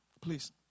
please